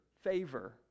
favor